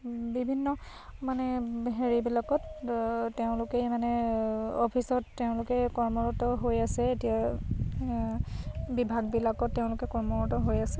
বিভিন্ন মানে হেৰিবিলাকত তেওঁলোকে মানে অফিচত তেওঁলোকে কৰ্মৰত হৈ আছে এতিয়া বিভাগবিলাকত তেওঁলোকে কৰ্মৰত হৈ আছে